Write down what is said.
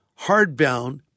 hardbound